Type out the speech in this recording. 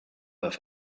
have